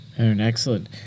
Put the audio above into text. Excellent